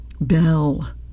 bell